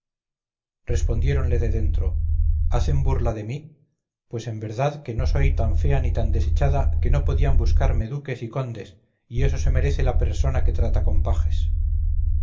buscaros respondiéronle de dentro hacen burla de mí pues en verdad que no soy tan fea ni tan desechada que no podían buscarme duques y condes y eso se merece la presona que trata con pajes